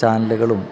ചാനലുകളും